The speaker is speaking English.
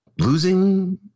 losing